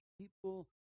people